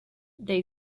they